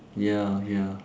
ya ya